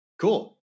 Cool